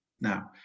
Now